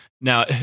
Now